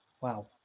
Wow